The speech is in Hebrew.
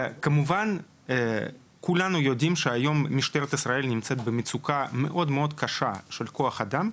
כולנו יודעים שהיום משטרת ישראל נמצאת במצוקה מאוד מאוד קשה של כוח אדם,